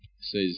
says